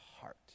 heart